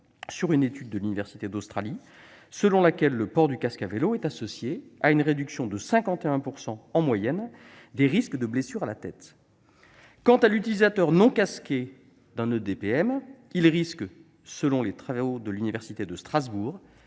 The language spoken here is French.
sur l'étude d'une université australienne selon laquelle le port du casque à vélo est associé à une réduction de 51 %, en moyenne, des risques de blessures à la tête. Quant à l'utilisateur non casqué d'un EDPM, il risque, selon les travaux de l'université de Strasbourg,